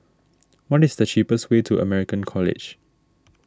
what is the cheapest way to American College